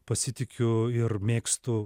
pasitikiu ir mėgstu